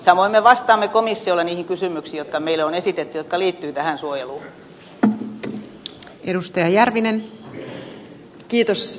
samoin me vastaamme komissiolle niihin kysymyksiin jotka meille on esitetty jotka liittyvät tähän suojeluun